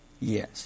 Yes